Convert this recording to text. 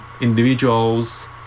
individuals